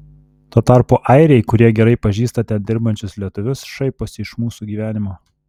tuo tarpu airiai kurie gerai pažįsta ten dirbančius lietuvius šaiposi iš mūsų gyvenimo